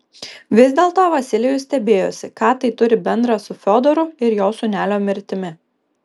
vis dėlto vasilijus stebėjosi ką tai turi bendra su fiodoru ir jo sūnelio mirtimi